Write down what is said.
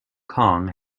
kong